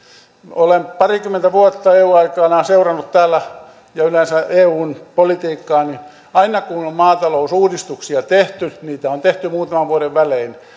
olen parikymmentä vuotta eun aikana seurannut täällä ja yleensä eun politiikkaa ja aina kun on maata lousuudistuksia tehty niitä on tehty muutaman vuoden välein tämä